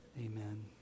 Amen